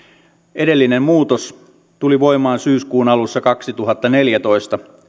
edellinen muutos tuli voimaan syyskuun alussa kaksituhattaneljätoista